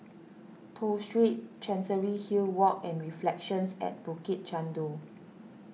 Toh Street Chancery Hill Walk and Reflections at Bukit Chandu